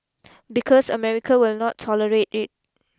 because America will not tolerate it